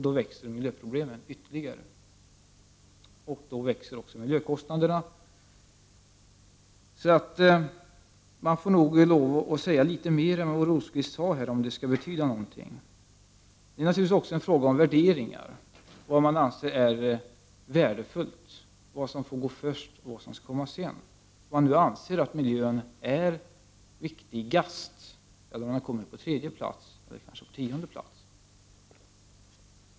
Då växer miljöproblemen ytterligare i omfattning och då ökar även miljökostnaderna. Man får därför lov att säga mer än vad Birger Rosqvist nyss sade, om orden skall betyda något. Detta är naturligtvis också en fråga om värderingar, om vad man anser vara värdefullt och om vad som får gå först och vad som får komma i andra hand. Frågan är då om man anser att miljön är viktigast, eller om den kommer på tredje eller kanske tionde plats.